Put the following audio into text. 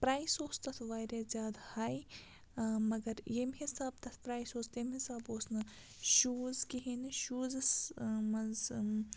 price اوس تَتھ واریاہ زیادٕ ہاے مگر ییٚمہِ حِساب تَتھ پرٛایِس اوس تَمہِ حِساب اوس نہٕ شوٗز کِہیٖنۍ نہٕ شوٗزَس منٛز